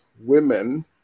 women